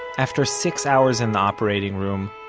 after six hours in the operating room,